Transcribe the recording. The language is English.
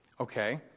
Okay